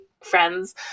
friends